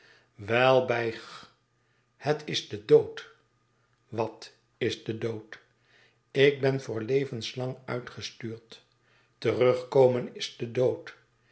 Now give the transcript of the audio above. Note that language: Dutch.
wel bij g het is de dood wat is de dood ik ben voor levenslang uitgestuurd terugkomen is de dood